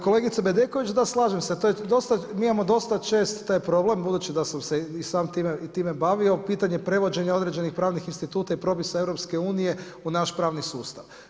Kolegice Bedeković, da slažem se, mi imamo dosta često taj problem budući da sam se i sam time bavio, pitanje prevođenja određenih pravnih instituta i propisa Europske unije u naš pravni sustav.